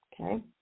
Okay